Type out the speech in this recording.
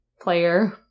player